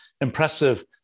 impressive